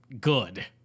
good